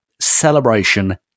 celebration